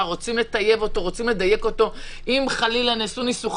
שרק בן זוג אחד שולט על חשבון הבנק ולפעמים לא נותן אפשרות